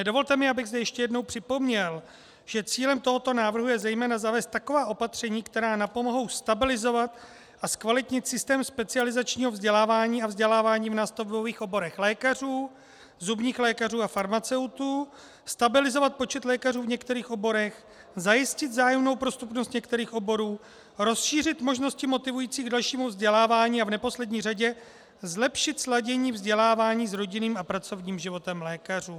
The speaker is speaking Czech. Dovolte mi, abych zde ještě jednou připomněl, že cílem tohoto návrhu je zejména zavést taková opatření, která napomohou stabilizovat a zkvalitnit systém specializačního vzdělávání a vzdělávání v nástavbových oborech lékařů, zubních lékařů a farmaceutů, stabilizovat počet lékařů v některých oborech, zajistit vzájemnou prostupnost některých oborů, rozšířit možnosti motivující k dalšímu vzdělávání a v neposlední řadě zlepšit sladění vzdělávání s rodinným a pracovním životem lékařů.